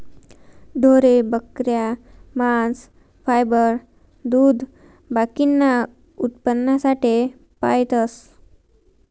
ढोरे, बकऱ्या, मांस, फायबर, दूध बाकीना उत्पन्नासाठे पायतस